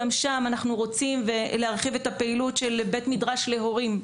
גם שם אנחנו רוצים להרחיב את הפעילות של בית מדרש להורים.